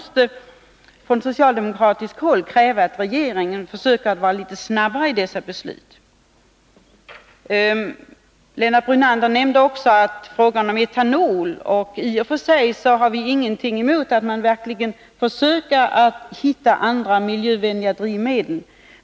Från socialdemokratiskt håll kräver vi att regeringen fattar beslut snabbare. Lennart Brunander nämnde också frågan om etanol. I och för sig har vi ingenting emot att man försöker hitta andra, miljövänliga drivmedel.